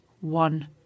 one